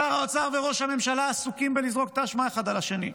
שר האוצר וראש הממשלה עסוקים בלזרוק את האשמה האחד על השני.